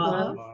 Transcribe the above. Love